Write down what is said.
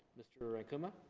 mr. akuma.